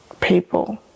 people